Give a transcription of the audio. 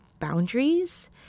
boundaries